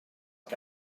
que